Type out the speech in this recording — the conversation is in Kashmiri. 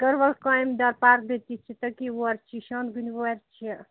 کٔروَل کامہِ دار پَردٕ تہِ چھِ تٔکیہِ وورِ چھِ شانٛدگٔنٛڈۍ وورِ چھِ